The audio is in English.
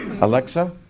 Alexa